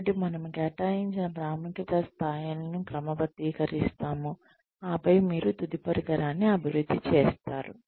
కాబట్టి మనము కేటాయించిన ప్రాముఖ్యత స్థాయిలను క్రమబద్ధీకరిస్తాము ఆపై మీరు తుది పరికరాన్ని అభివృద్ధి చేస్తారు